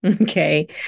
okay